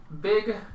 Big